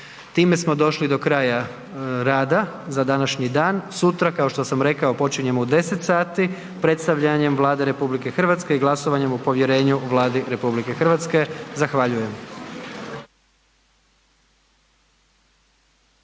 Time smo došli do kraja rada za današnji dan, sutra kao što sam rekao, počinjemo u 10 sati predstavljanjem Vlade RH i glasovanje o povjerenju Vladi RH. Zahvaljujem.